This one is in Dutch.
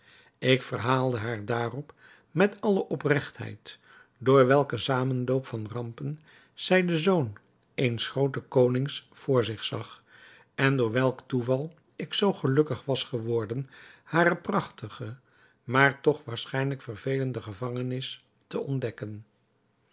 ik verhaalde haar daarop met alle opregtheid door welken zamenloop van rampen zij den zoon eens grooten konings voor zich zag en door welk toeval ik zoo gelukkig was geworden hare prachtige maar toch waarschijnlijk vervelende gevangenis te ontdekken